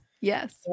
Yes